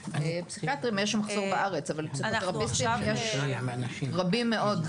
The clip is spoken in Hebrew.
יש מחסור בארץ אבל פסיכותרפיסטים יש רבים מאוד.